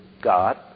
God